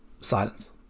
Silence